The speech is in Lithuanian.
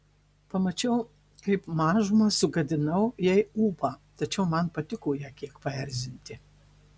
pamačiau kaip mažumą sugadinau jai ūpą tačiau man patiko ją kiek paerzinti